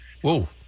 whoa